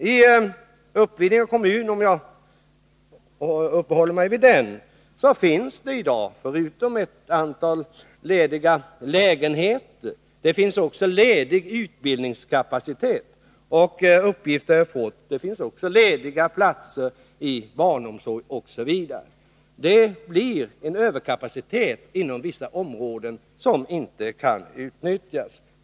I Uppvidinge kommun — om jag får uppehålla mig vid den — finns det i dag, förutom ett antal lediga lägenheter, ledig utbildningskapacitet och enligt uppgift också lediga platser inom barnomsorgen osv. Det blir en överkapacitet på vissa områden vilken inte kan utnyttjas.